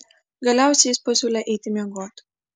galiausiai jis pasiūlė eiti miegoti